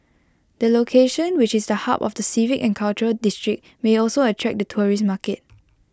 the location which is the hub of the civic and cultural district may also attract the tourist market